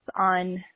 on